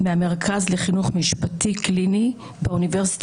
מהמרכז לחינוך משפטי קליני באוניברסיטה